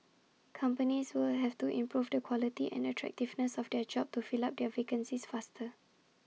companies will have to improve the quality and attractiveness of their jobs to fill up their vacancies faster